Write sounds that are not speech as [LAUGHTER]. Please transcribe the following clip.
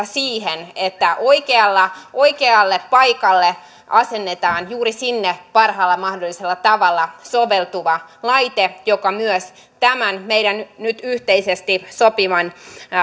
[UNINTELLIGIBLE] siihen että oikealle paikalle asennetaan juuri sinne parhaalla mahdollisella tavalla soveltuva laite joka myös tämän meidän nyt yhteisesti sopiman